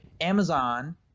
Amazon